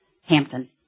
Hampton